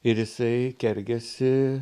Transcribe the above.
ir jisai kergiasi